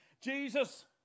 Jesus